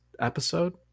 episode